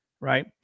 Right